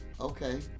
okay